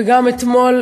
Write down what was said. וגם אתמול,